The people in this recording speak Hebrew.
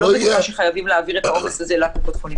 לא בטוחה שחייבים להעביר את העומס הזה לקופות חולים.